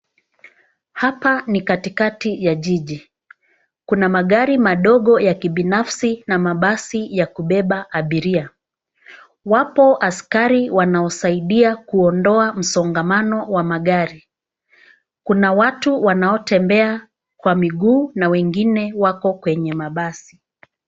Hapa ni katikati ya jiji. Kuna magari madogo ya kibinafsi na mabasi ya kubeba abiria. Wapo askari wanaosaidia kuondoa msongamano wa magari. Kuna watu wanaotombea kwa miguu na wengine wako kwenye mabasi.